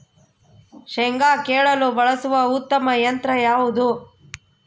ಶೇಂಗಾ ಕೇಳಲು ಬಳಸುವ ಉತ್ತಮ ಯಂತ್ರ ಯಾವುದು?